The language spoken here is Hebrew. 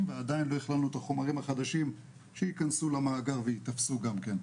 ועדיין לא הכללנו את החומרים החדשים שייכנסו למאגר וייתפסו גם כן.